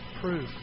proof